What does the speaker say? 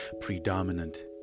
predominant